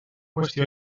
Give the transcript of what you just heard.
qüestió